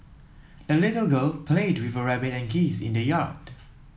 the little girl played with her rabbit and geese in the yard